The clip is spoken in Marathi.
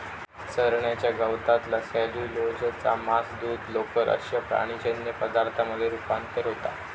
चरण्याच्या गवतातला सेल्युलोजचा मांस, दूध, लोकर अश्या प्राणीजन्य पदार्थांमध्ये रुपांतर होता